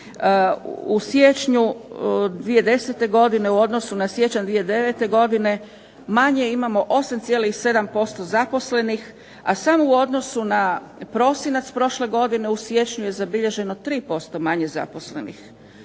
U siječnju 2010. u odnosu na siječanj 2009. godine manje imamo 8,7% zaposlenih, a samo u odnosu na prosinac prošle godine u siječnju je zabilježeno 3% manje zaposlenih.